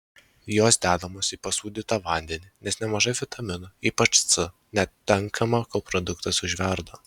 jos dedamos į pasūdytą vandenį nes nemažai vitaminų ypač c netenkama kol produktas užverda